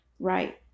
right